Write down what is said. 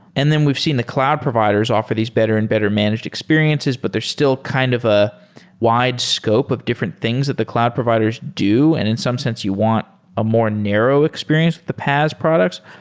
and then we've seen the cloud providers offer these better and better managed experiences, but there's still kind of a wide scope of different things that the cloud providers do, and in some sense you want a more narrow experience, the paas products.